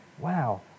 wow